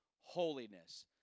holiness